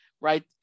right